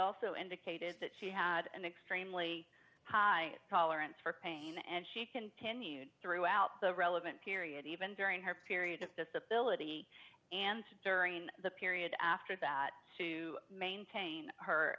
also indicated that she had an extremely high tolerance for pain and she continued throughout the relevant period even during her period of disability and during the period after that to maintain her